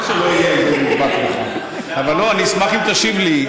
אבל לא, אני אשמח אם תשיב לי.